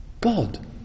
God